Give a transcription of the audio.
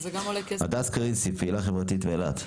הדס כריסי, פעילה חברתית באילת.